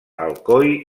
alcoi